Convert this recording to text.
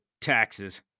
taxes